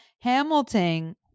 Hamilton